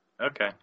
Okay